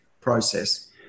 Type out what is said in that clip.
process